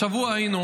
השבוע היינו